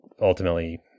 ultimately